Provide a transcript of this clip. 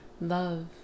Love